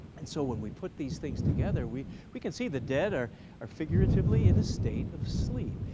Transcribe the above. and so when we put these things together we we can see the dead are are figuratively in a state of sleep.